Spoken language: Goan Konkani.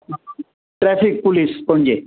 traffic police Panaji